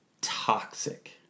toxic